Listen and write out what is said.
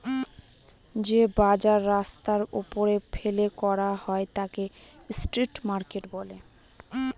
যে বাজার রাস্তার ওপরে ফেলে করা হয় তাকে স্ট্রিট মার্কেট বলে